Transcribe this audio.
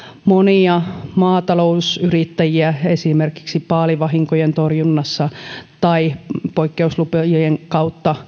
monia maatalousyrittäjiä esimerkiksi paalivahinkojen torjunnassa tai poikkeuslupien kautta